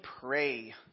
pray